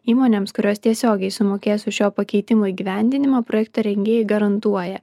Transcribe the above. įmonėms kurios tiesiogiai sumokės už šio pakeitimo įgyvendinimą projekto rengėjai garantuoja